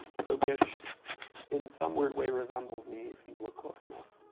so gish in some weird way resembles me if you look close enough.